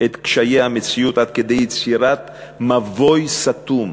את קשיי המציאות, עד כדי יצירת מבוי סתום.